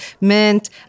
mint